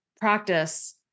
practice